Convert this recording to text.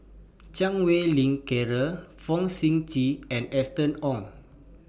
Chan Wei Ling Cheryl Fong Sip Chee and Austen Ong